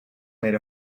made